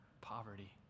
poverty